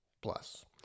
plus